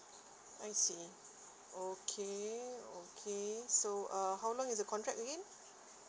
I see okay okay so uh how long is the contract again